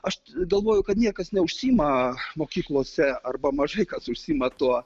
aš galvoju kad niekas neužsiima mokyklose arba mažai kas užsiima tuo